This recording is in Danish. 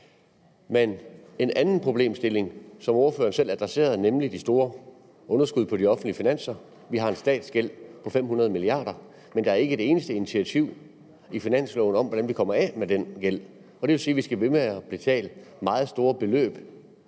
er en anden problemstilling, som ordføreren selv adresserede, nemlig de store underskud på de offentlige finanser. Vi har en statsgæld på 500 mia. kr., men der er ikke et eneste initiativ i finanslovsforslaget til at komme af med den gæld, og det vil sige, at vi skal blive ved med at betale meget store beløb.